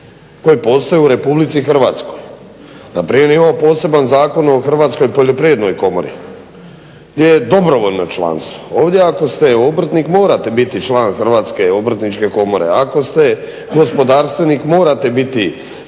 koje postoje u RH. Na primjer mi imamo poseban Zakon o Hrvatskoj poljoprivrednoj komori gdje je dobrovoljno članstvo. Ovdje ako ste obrtnik morate biti član HOK-a, ako ste gospodarstvenik morate biti